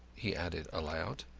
he added aloud,